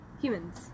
Humans